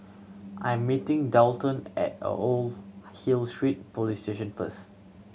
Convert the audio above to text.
I am meeting Daulton at Old Hill Street Police Station first